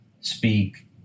speak